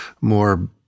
more